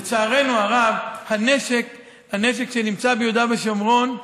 לצערנו הרב, הנשק שנמצא ביהודה ושומרון,